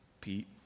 Pete